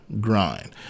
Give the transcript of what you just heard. grind